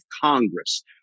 Congress